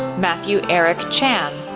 matthew eric chan,